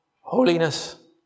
holiness